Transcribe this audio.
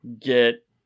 get